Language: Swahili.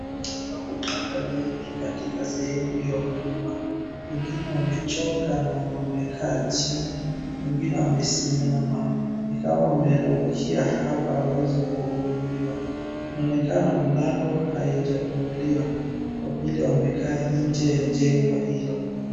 Wamemaliza kupanga laini katika sehemu ya huduma wengine wamechoka na wamekaa chini wengine wamesimama ni kama wameraukia hapa waweze kuhudumiwa inaonekana mlango haijafunguliwa kwa vile wamekaa nje ya jengo hilo.